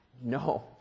No